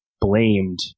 blamed